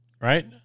right